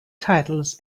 titles